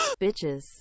Bitches